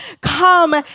Come